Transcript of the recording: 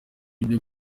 ibyo